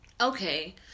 Okay